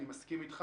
אני מסכים אתך.